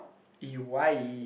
eh why